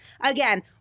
Again